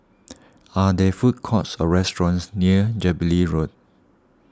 are there food courts or restaurants near Jubilee Road